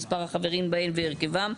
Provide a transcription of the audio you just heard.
מספר החברים בהן והרכבן",